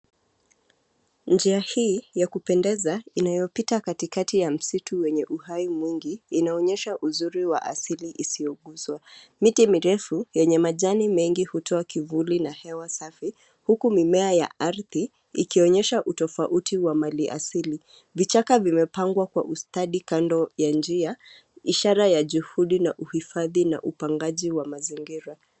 Njia hii, ya kupendeza, inayopita katikati ya msitu wenye uhai mwingi, inaonyesha uzuri wa asili isiyoguswa, miti mirefu, yenye majani mengi hutoa kivuli na hewa safi, huku mimea ya ardhi, ikionyesha utofauti wa mali asili, vichaka vimepangwa kwa ustadi kando ya njia, ishara ya juhudi na uhifadhi na upangaji wa mazingira.